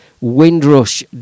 Windrush